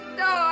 no